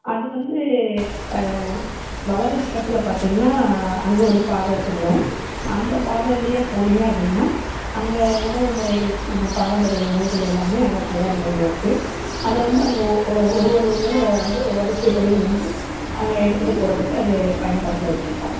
அது வந்து வலது பக்கத்தில் பார்த்தீங்கன்னா அங்கே ஒரு பாதை செல்லும் அந்த பாதை வழியா போனிங்க அப்படின்னா அங்கே உணவுமுறைகள் நம்ம பாரம்பரிய உணவுகள் எல்லாமே அங்கே தயார் நிலையில் இருக்குது அதை வந்து அவங்க ஒரு ஒரு ஒருவர் வந்து வரிசைப்படி நின்று அங்கே எடுத்துகிட்டு போறத்துக்கு அது பயன்பாட்டில் வச்சுருக்கோம்